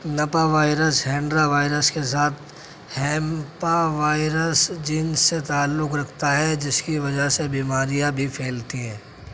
Nipah virus Hendra virus کے ساتھ henipavirus genus سے تعلق رکھتا ہے جس کی وجہ سے بیماریاں بھی پھیلتی ہیں